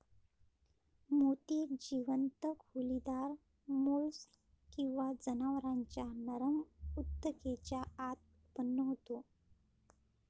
मोती एक जीवंत खोलीदार मोल्स्क किंवा जनावरांच्या नरम ऊतकेच्या आत उत्पन्न होतो